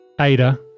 Ada